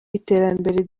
iterambere